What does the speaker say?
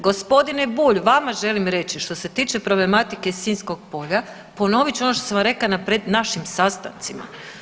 Gospodine Bulj vama želim reći što se tiče problematike Sinjskog polja, ponovit ću ono što sam vam rekla na našim sastancima.